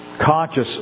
Conscious